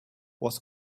was